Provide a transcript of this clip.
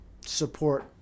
support